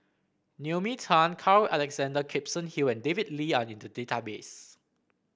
Naomi Tan Carl Alexander Gibson Hill and David Lee are in the database